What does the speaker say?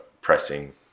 pressing